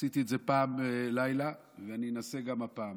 עשיתי את זה פעם לילה ואני אנסה גם הפעם.